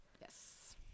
Yes